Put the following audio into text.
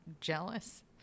jealous